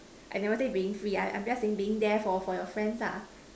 I never say being free I I'm just saying being there for for your friends lah